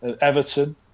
Everton